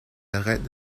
arrête